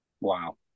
Wow